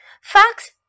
Fox